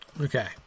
Okay